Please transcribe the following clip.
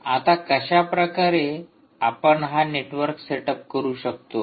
आता कशाप्रकारे आपण हा नेटवर्क सेटअप करू शकतो